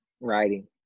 Writing